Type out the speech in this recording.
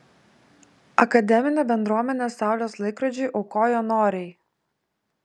akademinė bendruomenė saulės laikrodžiui aukojo noriai